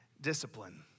discipline